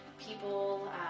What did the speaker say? people